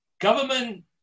government